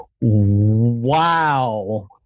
Wow